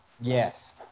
Yes